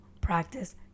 practice